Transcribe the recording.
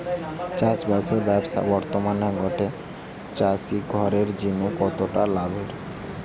চাষবাসের ব্যাবসা বর্তমানে গটে চাষি ঘরের জিনে কতটা লাভের?